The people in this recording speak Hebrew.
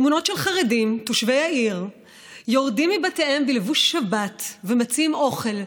תמונות של חרדים תושבי העיר יורדים מבתיהם בלבוש שבת ומציעים אוכל,